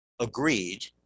agreed